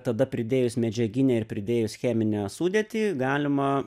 tada pridėjus medžiaginę ir pridėjus cheminę sudėtį galima